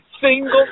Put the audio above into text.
single